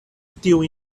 tiu